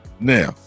Now